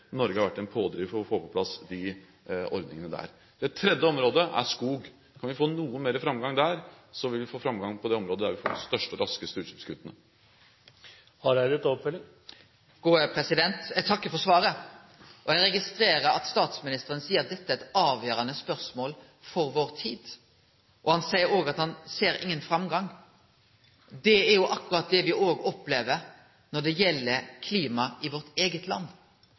Norge har vært en pådriver for å få på plass de ordningene. Det tredje området er skog. Kan vi få noe mer framgang der, vil vi få framgang på et område der vi får de største og raskeste utslippskuttene. Eg takkar for svaret, og eg registrerer at statsministeren seier at dette er eit avgjerande spørsmål for vår tid. Han seier òg at han ser ingen framgang. Det er akkurat det me òg opplever når det gjeld klima i vårt eige land, der det blei inngått eit klimaforlik 16. januar 2008 med målsetjing om å redusere utsleppa i vårt eige land